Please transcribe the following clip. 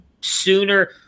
sooner